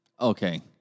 Okay